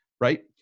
right